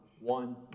One